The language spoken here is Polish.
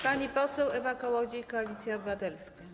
Pani poseł Ewa Kołodziej, Koalicja Obywatelska.